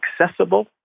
accessible